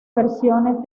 versiones